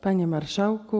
Panie Marszałku!